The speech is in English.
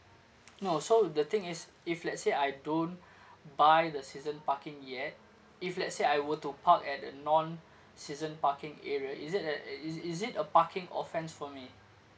no so the thing is if let's say I don't buy the season parking yet if let's say I were to park at the non season parking area is it that i~ is is it a parking offence for me